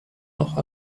noch